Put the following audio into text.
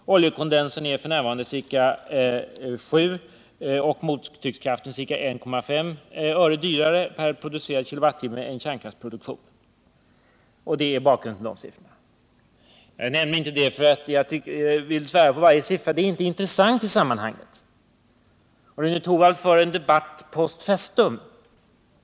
Bakgrunden till dessa siffror är att oljekondenskraften f. n. är ca 7 och mottryckskraften ca 1,5 öre dyrare per producerad kWh än kärnkraftsproduktion. Jag kan inte garantera att varje enskild siffra i det jag redovisat är korrekt, men det är inte intressant i sammanhanget. Rune Torwald för en debatt post festum.